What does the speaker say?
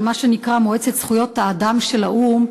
של מה שנקרא מועצת זכויות האדם של האו"ם,